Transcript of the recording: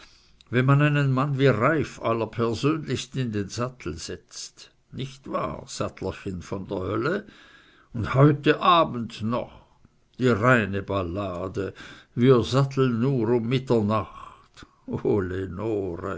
wenn man einen mann wie reiff allerpersönlichst in den sattel setzt nicht wahr sattlerchen von der hölle und heut abend noch die reine ballade wir satteln nur um